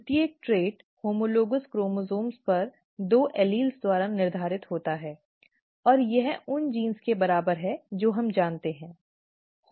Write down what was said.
प्रत्येक trait homologous chromosome पर दो एलील द्वारा निर्धारित होता है और यह उन जींस के बराबर है जो हम जानते हैं सही